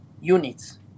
units